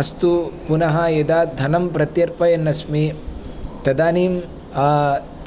अस्तु पुनः एतद्धनप्रत्यर्पयन् अस्मि तदानीं